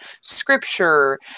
scripture